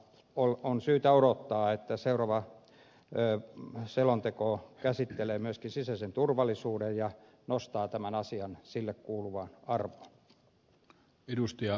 on syytä odottaa että seuraava selonteko käsittelee myöskin sisäistä turvallisuutta ja nostaa tämän asian sille kuuluvaan arvoon